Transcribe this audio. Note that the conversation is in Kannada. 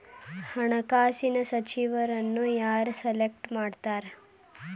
ಹಣಕಾಸಿನ ಸಚಿವರನ್ನ ಯಾರ್ ಸೆಲೆಕ್ಟ್ ಮಾಡ್ತಾರಾ